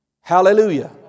Hallelujah